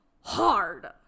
hard